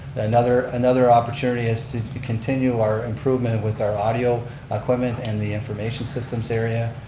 another another opportunity is continue our improvement with our audio equipment and the information systems area.